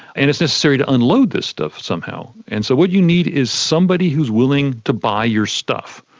and it's necessary to unload this stuff somehow. and so what you need is somebody who's willing to buy your stuff.